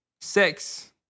Sex